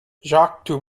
jacques